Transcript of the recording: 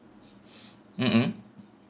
mm mm